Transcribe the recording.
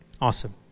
Awesome